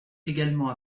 également